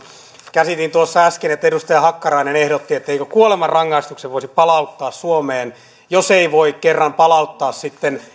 käsitin tuossa äsken että edustaja hakkarainen ehdotti etteikö kuolemanrangaistuksen voisi palauttaa suomeen jos ei voi kerran palauttaa sitten näitä henkilöitä